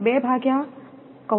તેથી તે 0